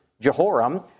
Jehoram